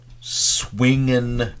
Swinging